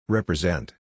Represent